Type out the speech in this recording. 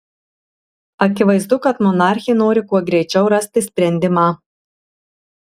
akivaizdu kad monarchė nori kuo greičiau rasti sprendimą